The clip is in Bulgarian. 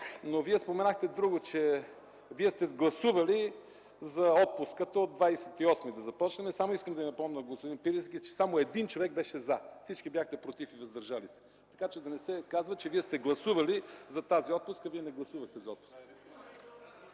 ч. Споменахте и друго, че вие сте гласували за отпуската – да започнем от 28 август. Искам да Ви напомня, господин Пирински, че само един човек беше „за”, всички бяхте „против” и „въздържали се”, така че да не се казва, че вие сте гласували за тази отпуска. Вие не гласувахте за отпуската.